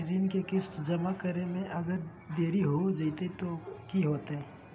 ऋण के किस्त जमा करे में अगर देरी हो जैतै तो कि होतैय?